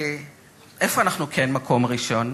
איפה אנחנו כן מקום ראשון?